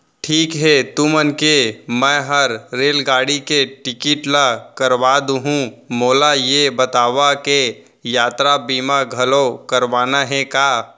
ठीक हे तुमन के मैं हर रेलगाड़ी के टिकिट ल करवा दुहूँ, मोला ये बतावा के यातरा बीमा घलौ करवाना हे का?